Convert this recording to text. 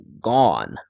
gone